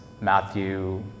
Matthew